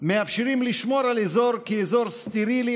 מאפיינים המאפשרים לשמור על האזור כאזור סטרילי